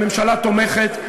הממשלה תומכת,